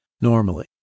normally